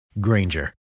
Granger